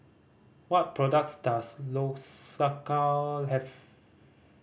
what products does Lsocal have